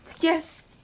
Yes